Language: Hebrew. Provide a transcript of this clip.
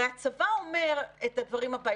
הרי הצבא אומר את הדברים הבאים,